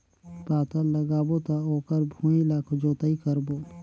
पातल लगाबो त ओकर भुईं ला जोतई करबो?